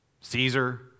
Caesar